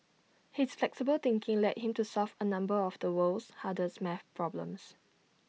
his flexible thinking led him to solve A number of the world's hardest math problems